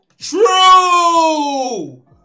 True